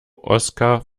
oskar